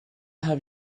have